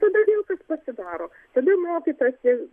tada vėl pasidaro tada mokytojas